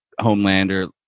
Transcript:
Homelander